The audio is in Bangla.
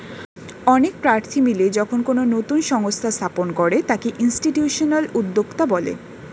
অনেক প্রার্থী মিলে যখন কোনো নতুন সংস্থা স্থাপন করে তাকে ইনস্টিটিউশনাল উদ্যোক্তা বলে